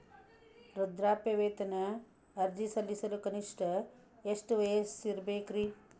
ವೃದ್ಧಾಪ್ಯವೇತನ ಅರ್ಜಿ ಸಲ್ಲಿಸಲು ಕನಿಷ್ಟ ಎಷ್ಟು ವಯಸ್ಸಿರಬೇಕ್ರಿ?